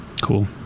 Cool